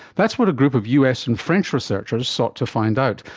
that's what a group of us and french researchers sought to find out.